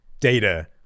data